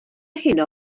heno